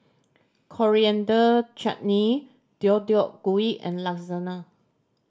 Coriander Chutney Deodeok Gui and Lasagna